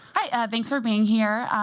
hi. thanks for being here.